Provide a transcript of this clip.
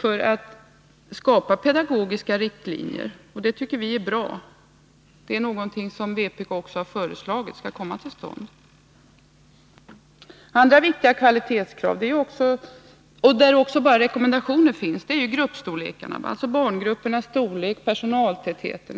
som går ut på att skapa pedagogiska riktlinjer. Det tycker vi är bra, och det är något som vpk har föreslagit skall komma till stånd. Andra viktiga kvalitetskrav — där det också bara finns rekommendationer — gäller barngruppernas storlek och personaltätheten.